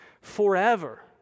forever